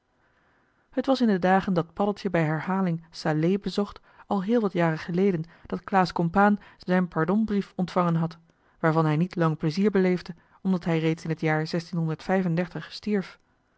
het was in de dagen dat paddeltje bij herhaling salé bezocht al heel wat jaren geleden dat claes compaen zijn pardonbrief ontvangen had waarvan hij niet lang plezier beleefde omdat hij reeds in t jaar